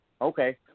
Okay